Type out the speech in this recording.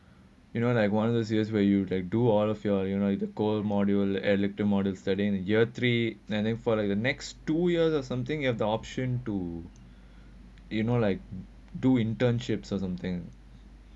you know like one of those years where you like do all of your the core modules studying the year three and then for like the next two years or something you have the option to you know like do internships or something